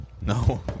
No